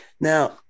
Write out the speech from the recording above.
now